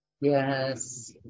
Yes